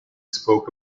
spoke